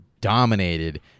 dominated